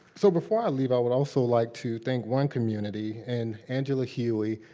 so before i leave, i would also like to thank one community and angela hughey.